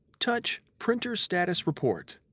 touch printer status report.